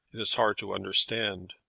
it is hard to understand.